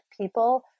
people